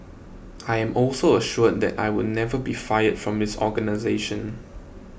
I am also assured that I would never be fired from this organisation